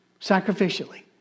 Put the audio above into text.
sacrificially